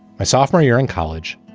my sophomore year in college,